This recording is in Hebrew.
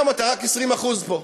היום אתה רק 20% פה.